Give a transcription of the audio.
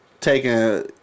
taking